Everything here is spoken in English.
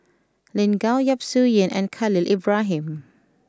Lin Gao Yap Su Yin and Khalil Ibrahim